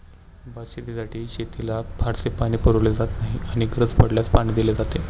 भातशेतीसाठी शेताला फारसे पाणी पुरवले जात नाही आणि गरज पडल्यास पाणी दिले जाते